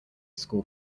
school